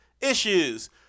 issues